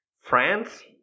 France